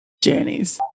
journeys